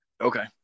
Okay